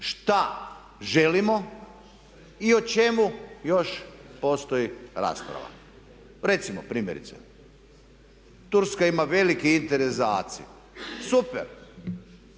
Šta želimo i o čemu još postoji rasprava? Recimo primjerice Turska ima veliki interes za AC-i. Super,